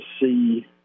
see